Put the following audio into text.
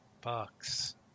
bucks